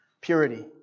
Purity